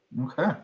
okay